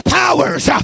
powers